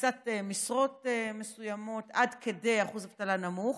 תפיסת משרות מסוימות עד כדי אחוז אבטלה נמוך.